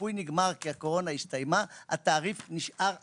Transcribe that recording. השיפוי נגמר כי הקורונה הסתיימה והתעריף נשאר אחורה.